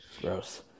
Gross